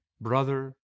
brother